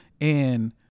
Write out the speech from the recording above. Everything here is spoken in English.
And-